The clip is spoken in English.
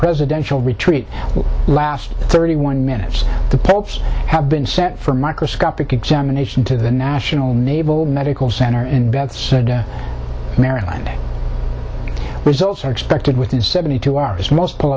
presidential retreat last thirty one minutes the polls have been sent from microscopic examination to the national naval medical center in maryland results are expected within seventy two hours most pull